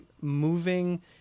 moving